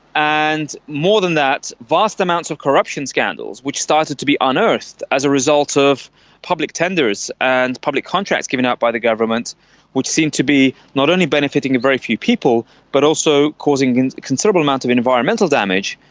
and more than that, vast amounts of corruption scandals which started to be unearthed as a result of public tenders and public contracts given out by the government which seemed to be not only benefiting very few people but also causing and a considerable amount of environmental damage,